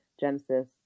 Genesis